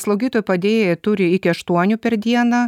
slaugytojų padėjėjai turi iki aštuonių per dieną